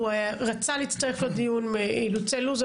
הוא רצה להצטרף לדיון אך היו אילוצי לוח זמנים,